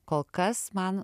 kol kas man